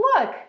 look